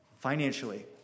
Financially